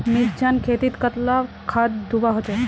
मिर्चान खेतीत कतला खाद दूबा होचे?